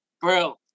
bro